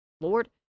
Lord